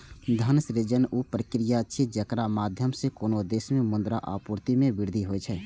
धन सृजन ऊ प्रक्रिया छियै, जेकरा माध्यम सं कोनो देश मे मुद्रा आपूर्ति मे वृद्धि होइ छै